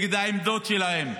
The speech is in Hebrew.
נגד העמדות שלהם,